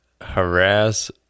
harass